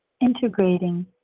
integrating